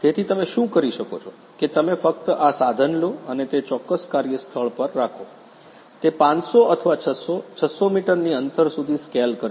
તેથી તમે શું કરી શકો છો કે તમે ફક્ત આ સાધન લો અને તે ચોક્કસ કાર્યસ્થળ પર રાખો તે 500 અથવા 600 600 મીટરની અંતર સુધી સ્કેલ કરશે